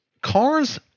cars